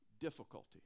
difficulty